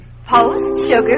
Post-Sugar